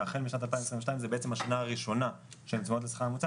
שהחל משנת 2022 זאת השנה הראשונה של הצמדות לשכר הממוצע,